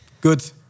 good